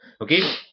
okay